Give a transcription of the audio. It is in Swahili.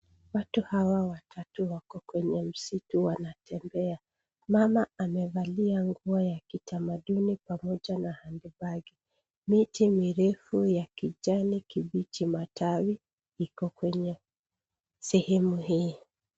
Watu hawa watatu wako kwenye msitu wanatembea. Mama amevalia nguo ya kitamaduni pamoja na handbag . Miti mirefu ya kijani kibichi matawi iko kwenye sehemu hii.